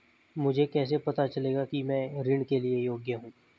मुझे कैसे पता चलेगा कि मैं ऋण के लिए योग्य हूँ?